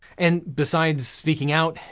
and besides speaking out,